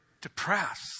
depressed